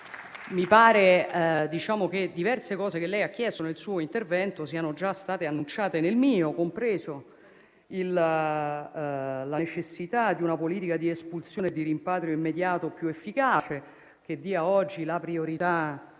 Mi pare che diverse cose che lei ha chiesto nel suo intervento siano già state annunciate nel mio, compresa la necessità di una politica di espulsione e di rimpatrio immediato più efficace, che dia oggi la priorità